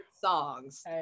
songs